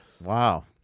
Wow